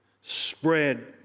spread